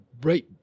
right